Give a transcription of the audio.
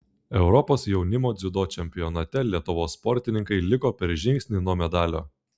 europos jaunimo dziudo čempionate lietuvos sportininkai liko per žingsnį nuo medalio